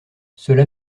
cela